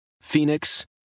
Phoenix